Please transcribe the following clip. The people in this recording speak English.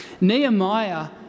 Nehemiah